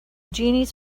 genies